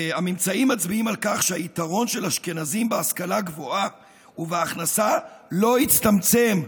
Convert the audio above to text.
מצביעים על כך שהיתרון של אשכנזים בהשכלה גבוהה ובהכנסה לא הצטמצם,